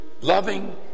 loving